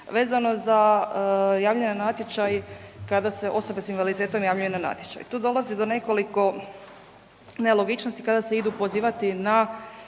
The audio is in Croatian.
vezano za javljanje na natječaj kada se osobe s invaliditetom javljaju na natječaj. Tu dolazi do nekoliko nelogičnosti kada se idu pozivati na,